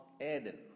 Eden